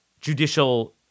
judicial